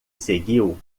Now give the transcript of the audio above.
seguiu